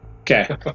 Okay